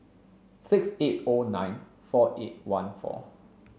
six eight O nine four eight one four